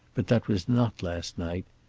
but that was not last night.